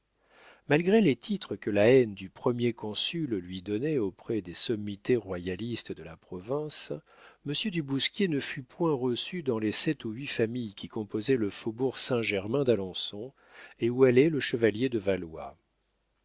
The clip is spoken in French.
malgré les titres que la haine du premier consul lui donnait auprès des sommités royalistes de la province monsieur du bousquier ne fut point reçu dans les sept ou huit familles qui composaient le faubourg saint-germain d'alençon et où allait le chevalier de valois